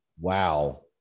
Wow